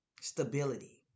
stability